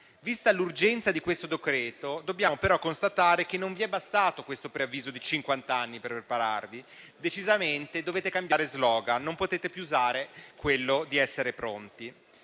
Vista l'urgenza del decreto-legge in esame, dobbiamo però constatare che non vi è bastato il preavviso di cinquant'anni per prepararvi. Decisamente dovete cambiare *slogan*: non potete più usare quello di essere pronti.